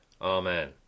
Amen